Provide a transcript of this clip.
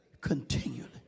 continually